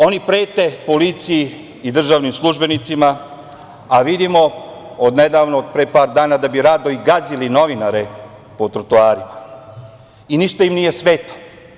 Oni prete policiji i držanim službenicima, a vidimo od nedavno, od pre par dana, da bi rado i gazili i novinare po trotoarima i ništa im nije sveto.